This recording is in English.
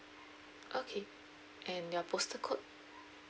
okay and your postal code